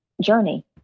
journey